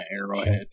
arrowhead